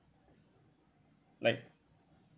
like